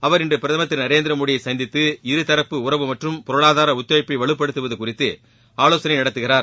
அவர் இன்று பிரதமர் திரு நரேந்திர மோடியை சந்தித்து இருதரப்பு உறவு மற்றும் பொருளாதார ஒத்துழைப்பை வலுப்படுத்துவது குறித்து ஆலோசனை நடத்துகிறார்